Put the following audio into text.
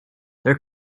their